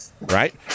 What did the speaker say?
right